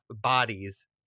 bodies